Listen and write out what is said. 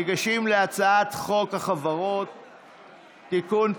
ניגשים להצעת חוק החברות (תיקון,